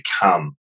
become